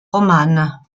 romane